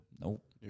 Nope